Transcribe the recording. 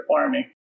farming